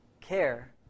care